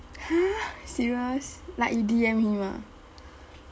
!huh! serious like you D_M him ah